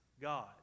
God